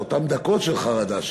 אותן דקות של חרדה,